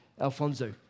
Alfonso